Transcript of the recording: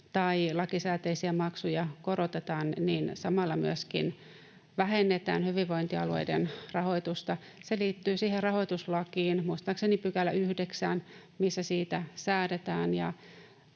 tai lakisääteisiä maksuja korotetaan, niin samalla myöskin vähennetään hyvinvointialueiden rahoitusta. Se liittyy siihen rahoituslakiin, muistaakseni 9 §:ään, missä siitä säädetään.